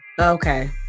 Okay